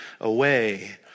away